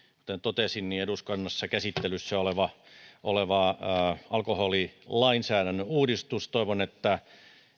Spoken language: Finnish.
kuten totesin eduskunnassa käsittelyssä oleva alkoholilainsäädännön uudistus toivon että